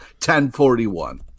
1041